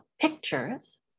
pictures